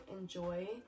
enjoy